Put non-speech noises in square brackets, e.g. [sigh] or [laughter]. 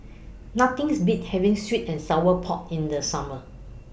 Nothing [unintelligible] beat having Sweet and Sour Pork in The Summer